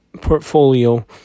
portfolio